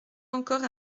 encore